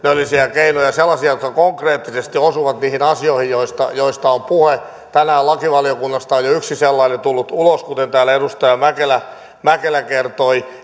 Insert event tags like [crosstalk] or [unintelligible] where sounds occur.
keinoja sellaisia jotka konkreettisesti osuvat niihin asioihin joista joista on puhe tänään lakivaliokunnasta on jo yksi sellainen tullut ulos kuten täällä edustaja mäkelä mäkelä kertoi [unintelligible]